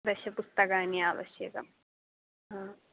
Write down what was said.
दश पुस्तकानि आवश्यकम् ह